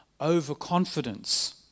Overconfidence